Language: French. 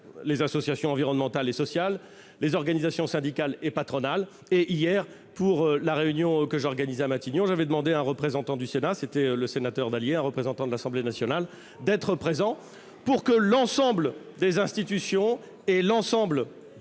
aux associations environnementales et sociales, aux organisations syndicales et patronales ; en outre, pour la réunion que j'ai organisée hier à Matignon, j'avais demandé à un représentant du Sénat- ce fut le sénateur Dallier -et à un représentant de l'Assemblée nationale d'être présents, afin que l'ensemble des institutions et des